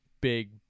big